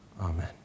Amen